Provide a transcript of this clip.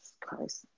Christ